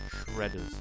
shredders